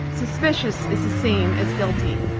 suspicious is the same as guilty.